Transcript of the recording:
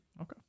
Okay